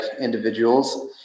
individuals